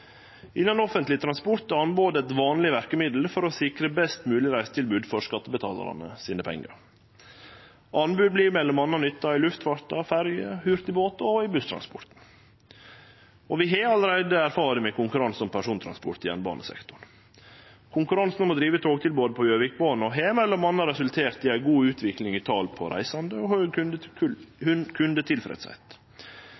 Innan offentleg transport er anbod eit vanleg verkemiddel for å sikre best mogleg reisetilbod for skattebetalarane sine pengar. Anbod vert m.a. nytta innan luftfart, ferje- og hurtigbåttransport og busstransport. Vi har allereie erfaring med konkurranse om persontransport i jernbanesektoren. Konkurransen om å drive togtilbodet på Gjøvikbanen har m.a. resultert i ei god utvikling i talet på reisande og høg